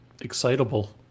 excitable